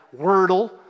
Wordle